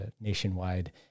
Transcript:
nationwide